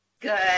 Good